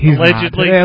Allegedly